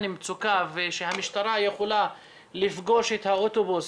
מצוקה ושהמשטרה יכולה לפגוש את האוטובוס,